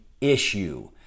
Issue